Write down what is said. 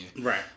right